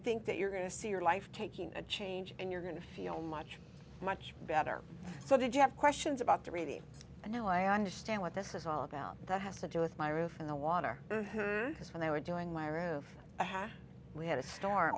think that you're going to see your life taking a change and you're going to feel much much better so that you have questions about the reading and now i understand what this is all about that has to do with my roof in the water because when they were doing my room i had we had a storm